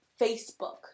Facebook